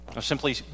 Simply